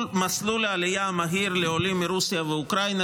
מסלול העלייה המהיר לעולים מרוסיה ומאוקראינה,